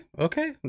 okay